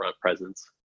presence